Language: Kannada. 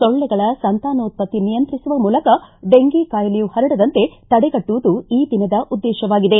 ಸೊಳ್ಳೆಗಳ ಸಂತಾನೋತ್ಪತ್ತಿ ನಿಯಂತ್ರಿಸುವ ಮೂಲಕ ಡೆಂಗೀ ಕಾಯಿಲೆಯು ಪರಡದಂತೆ ತಡೆಗಟ್ಟುವುದು ಈ ದಿನದ ಉದ್ದೇಶವಾಗಿದೆ